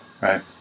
Right